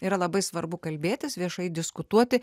yra labai svarbu kalbėtis viešai diskutuoti